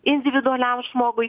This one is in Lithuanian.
individualiam žmogui